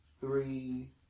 three